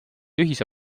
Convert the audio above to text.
ühise